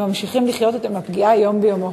הם ממשיכים לחיות את הפגיעה דבר יום ביומו.